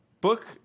book